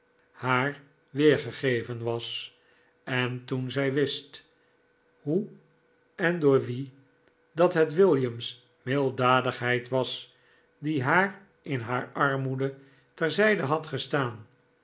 haar weergegeven was en toen zij wist hoe en door wien dat het william's milddadigheid was die haar in haar armoede ter zijde had gestaan